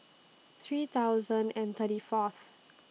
three thousand and thirty Fourth